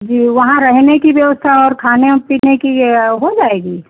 जी वहाँ रहने की व्यवस्था और खाने पीने की हो जाएगी